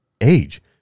Age